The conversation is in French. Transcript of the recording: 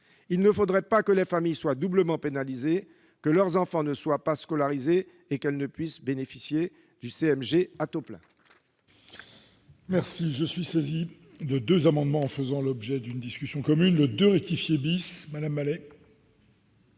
Il ne faudrait pas que les familles soient doublement pénalisées : que leurs enfants ne soient pas scolarisés et qu'elles ne puissent bénéficier du CMG à taux plein.